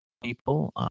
people